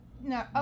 No